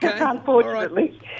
unfortunately